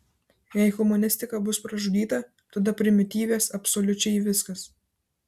jei humanistika bus pražudyta tada primityvės absoliučiai viskas